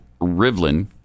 Rivlin